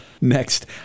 Next